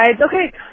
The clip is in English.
okay